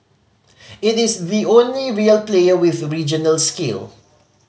it is the only real player with regional scale